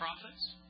prophets